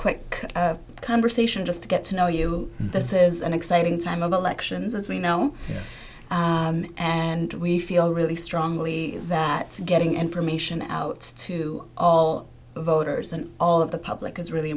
quick conversation just to get to know you this is an exciting time of the elections as we know and we feel really strongly that getting information out to all voters and all of the public is really